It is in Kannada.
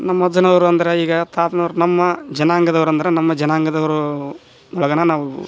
ನಮ್ಮಜ್ಜನವ್ರು ಅಂದ್ರ ಈಗ ತಾತನವ್ರು ನಮ್ಮ ಜನಾಂಗದವರಂದ್ರ ನಮ್ಮ ಜನಾಂಗದವರು ಇವಾಗನ ನಾವು